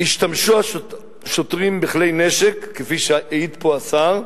השתמשו השוטרים בכלי נשק, כפי שהעיד פה השר,